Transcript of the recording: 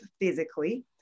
physically